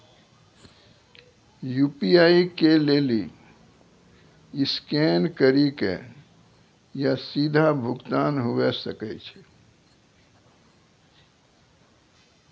UPI के लेली scan करि के या सीधा भुगतान हुये सकै छै